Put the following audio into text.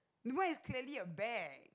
the one is clearly a bag